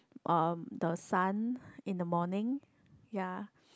um the sun in the morning ya